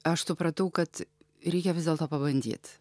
aš supratau kad reikia vis dėlto pabandyt